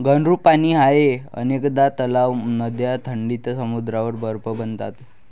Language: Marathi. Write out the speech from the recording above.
घनरूप पाणी आहे अनेकदा तलाव, नद्या थंडीत समुद्रावर बर्फ बनतात